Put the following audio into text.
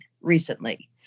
recently